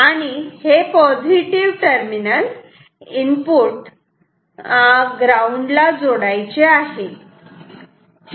आणि हे positive input ground ला जोडायचे आहे